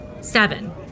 Seven